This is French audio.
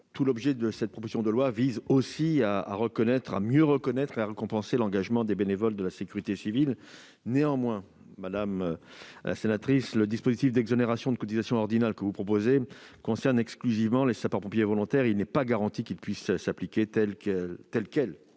Tout l'objet de cette proposition de loi vise à mieux reconnaître et récompenser l'engagement des bénévoles de la sécurité civile. Néanmoins, le dispositif d'exonération de cotisation ordinale proposé concerne exclusivement les sapeurs-pompiers volontaires et il n'est pas garanti qu'il puisse s'appliquer tel quel